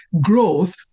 growth